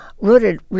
rooted